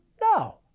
No